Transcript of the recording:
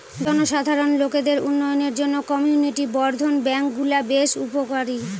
জনসাধারণ লোকদের উন্নয়নের জন্য কমিউনিটি বর্ধন ব্যাঙ্কগুলা বেশ উপকারী